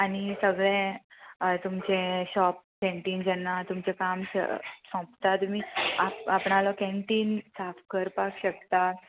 आनी सगळे तुमचें शॉप कॅन्टीन जेन्ना तुमचें काम सोंपता तुमी आप आपणालो कॅन्टीन साफ करपाक शकता